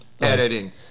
editing